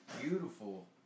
beautiful